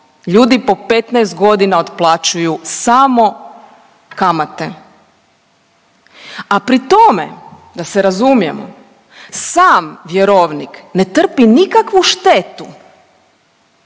Ljudi po 15 godina otplaćuju samo kamate, a pri tome da se razumijemo sam vjerovnik ne trpi nikakvu štetu